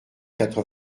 quatre